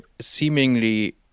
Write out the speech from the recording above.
seemingly